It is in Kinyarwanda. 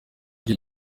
icyo